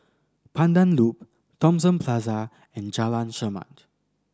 Pandan Loop Thomson Plaza and Jalan Chermat